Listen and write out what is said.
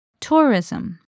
Tourism